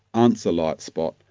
answer light-spot!